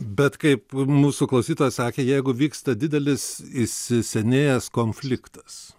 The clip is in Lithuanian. bet kaip mūsų klausytojas sakė jeigu vyksta didelis įsisenėjęs konfliktas